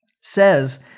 says